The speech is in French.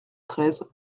treize